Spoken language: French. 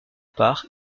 part